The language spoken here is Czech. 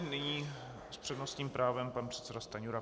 Nyní s přednostním právem pan předseda Stanjura.